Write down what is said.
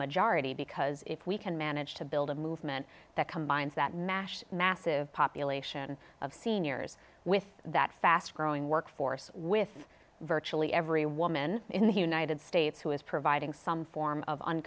majority because if we can manage to build a movement that combines that mash massive population of seniors with that fast growing workforce with virtually every woman in the united states who is providing some form of